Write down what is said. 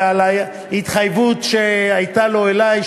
ועל ההתחייבות שהייתה לו אלי,